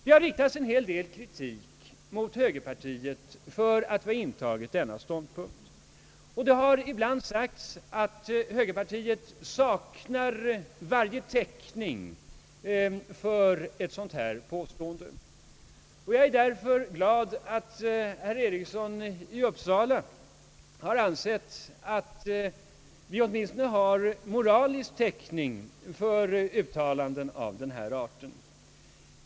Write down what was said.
Det har riktats en hel del kritik mot högerpartiet för att vi intagit denna ståndpunkt. Det har ibland sagts att högerpartiet saknar varje täckning för ett sådant påstående, och jag är därför glad att herr Eriksson i Uppsala har ansett att vi har moralisk täckning för uttalanden av den här arten.